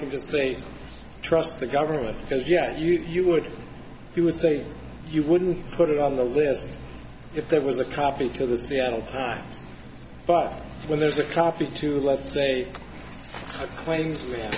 can just say trust the government because yet you you would you would say you wouldn't put it on the list if there was a copy to the seattle times but when there's a copy to let's say